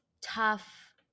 tough